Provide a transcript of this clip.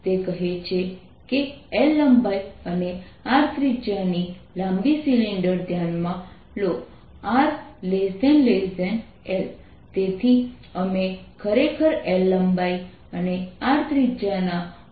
તમે અત્યાર સુધી મને અસાઇનમેન્ટ નંબર 1 થી 4 સોલ્વ કરતા જોયા છે